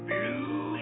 Blue